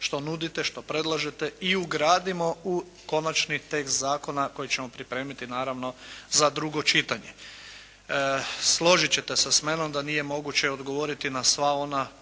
što nudite, što predlažete i ugradimo u konačni tekst zakona koji ćemo pripremiti naravno za drugo čitanje. Složiti ćete sa mnom da nije moguće odgovoriti na sva ona